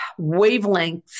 wavelengths